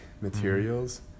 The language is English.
materials